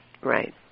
Right